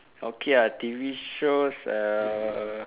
okay ah T_V shows err